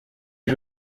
you